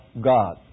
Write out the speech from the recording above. God